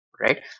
right